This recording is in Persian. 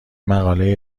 مقاله